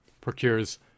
procures